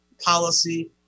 policy